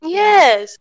yes